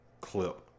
clip